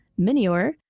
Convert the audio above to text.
Minior